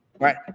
Right